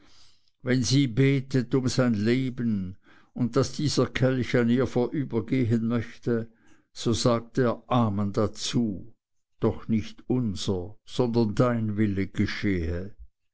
wenn sie betet um sein leben und daß dieser kelch an ihr vorübergehen möchte so sagt er amen dazu doch nicht unser sondern dein wille geschehe